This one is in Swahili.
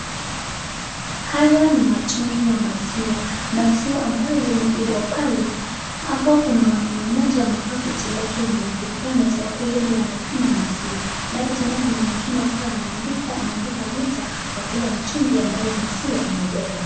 Hizi ni mitungi za maziwa, maziwa ambayo zimebebwa pale, hapo kuna mwanaumme mmoja amevaa koti lake nyeupe yeye anaweza kuwa yeye ndio anapima maziwa alafu tena kuna mwingine hapo anaandika, anaandika litre kwa kila mtungi ambayo maziwa imebeba.